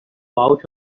out